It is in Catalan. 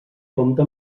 compta